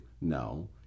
No